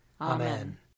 Amen